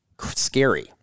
scary